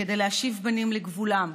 כדי להשיב בנים לגבולם,